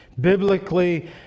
biblically